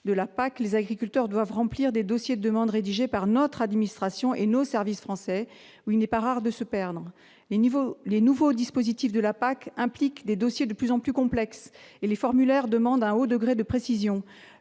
de la PAC, les agriculteurs doivent remplir des dossiers de demande rédigés par notre administration et nos services français dans lesquels il n'est pas rare de se perdre. Les nouveaux dispositifs de la PAC impliquent des dossiers de plus en plus complexes, et les formulaires demandent un haut degré de précisions.